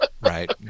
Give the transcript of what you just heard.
right